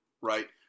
right